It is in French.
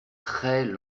très